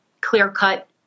clear-cut